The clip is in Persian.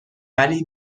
ولی